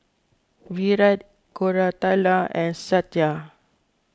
Virat Koratala and Satya